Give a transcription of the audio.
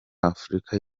afurika